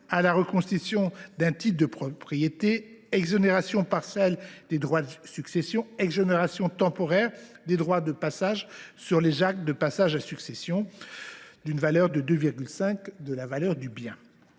à la reconstitution d’un titre de propriété, exonération partielle des droits de succession et exonération temporaire des droits de passage sur les actes de partage de succession, à hauteur de deux fois et demie la valeur du bien.